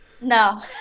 No